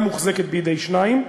היא מוחזקת בידי שניים,